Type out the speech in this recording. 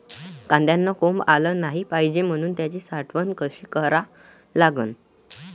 कांद्याले कोंब आलं नाई पायजे म्हनून त्याची साठवन कशी करा लागन?